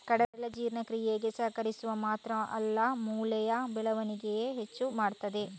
ಕಡಲೆ ಜೀರ್ಣಕ್ರಿಯೆಗೆ ಸಹಕರಿಸುದು ಮಾತ್ರ ಅಲ್ಲ ಮೂಳೆಯ ಬೆಳವಣಿಗೇನ ಹೆಚ್ಚು ಮಾಡ್ತದೆ